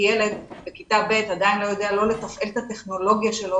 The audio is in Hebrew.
ילד בכיתה ב' עדיין לא יודע לתפעל את הטכנולוגיה שלו,